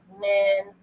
men